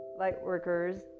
Lightworkers